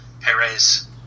Perez